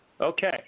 Okay